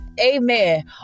amen